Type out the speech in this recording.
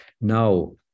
now